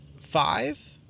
five